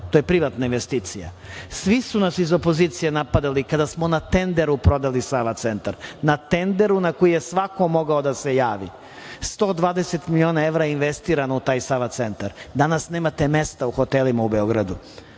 to je privatna investicija, svi su nas iz opozicije napadali kada smo na tenderu prodali Sava centar, na tenderu na koji je svako mogao da se javi, 120 miliona evra je investirano u taj Sava centar, danas nemate mesta u hotelima u Beogradu,